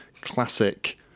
classic